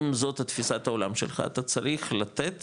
אם זאת התפיסה העולם שלך, אתה צריך לתת